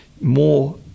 more